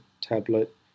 tablet